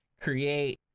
create